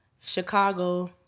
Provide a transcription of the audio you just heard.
Chicago